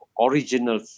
original